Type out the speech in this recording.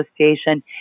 Association